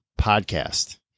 podcast